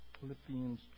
Philippians